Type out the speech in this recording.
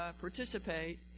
participate